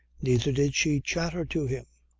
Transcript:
neither did she chatter to him.